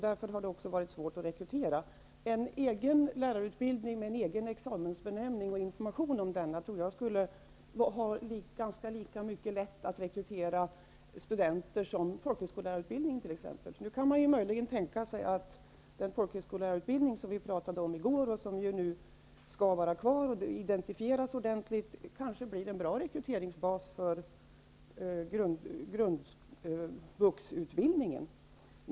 Därför har det också varit svårt med rekrytereringen. En egen lärarutbildning med en egen examensbenämning och information om dessa saker tror jag skulle innebära att det var lika lätt att rekrytera studenter till denna utbildning som det är att rekrytera till exempelvis folkhögskollärarutbildningen. Möjligen kan man tänka sig att den folkhögskollärarutbildning som vi talade om i går, vilken alltså skall vara kvar och vilken skall identifieras ordentligt, blir en bra rekryteringsbas för grundvuxutbildningen.